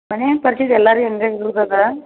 ಮನೆಯಂಗೆ ಪರಿಸ್ಥಿತಿ ಎಲ್ಲಾರಿಗೆ ಹಂಗೆ ಹಂಗೆ ಇರುದದ